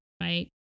right